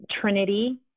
trinity